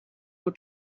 your